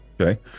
okay